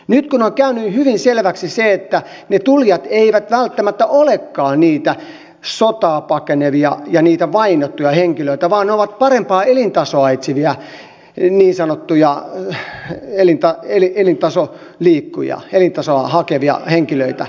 nyt on käynyt hyvin selväksi se että ne tulijat eivät välttämättä olekaan niitä sotaa pakenevia ja niitä vainottuja henkilöitä vaan parempaa elintasoa etsiviä niin sanottuja elintasoliikkujia elintasoa hakevia henkilöitä